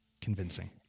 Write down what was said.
convincing